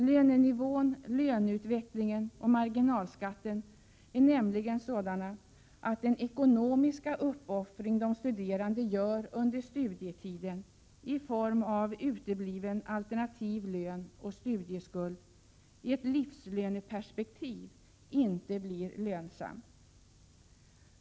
Lönenivån, löneutvecklingen och marginalskatten är nämligen sådana att den ekonomiska uppoffring som 1 de studerande gör under studietiden, i form av utebliven alternativ lön och studieskuld, i ett livslöneperspektiv inte blir ”lönsam”.